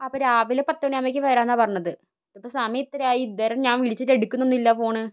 അപ്പം രാവിലെ പത്ത് മണി ആകുമ്പോഴേക്കും വരാന്നാണ് പറഞ്ഞത് ഇതിപ്പോൾ സമയം ഇത്രയായി ഇതേ വരെ ഞാൻ വിളിച്ചിട്ട് എടുക്കുന്നുന്നില്ല ഫോൺ